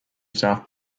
south